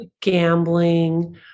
gambling